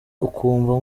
ukumva